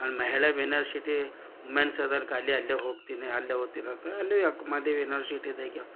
ಅಲ್ಲಿ ಮಹಿಳೆ university women's ಅದ ಅಲ್ ಖಾಲಿ ಅಲ್ಲೆ ಹೋಗ್ತೀನಿ ಅಲ್ಲೆ ಓದ್ತಿರುತ್ತೆ ಅಲ್ಲಿ ಅಕ್ಕಮಹಾದೇವಿ ಯುನಿವರ್ಸಿಟಿದಾಗೆ